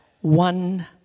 one